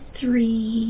three